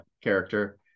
character